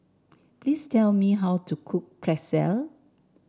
please tell me how to cook Pretzel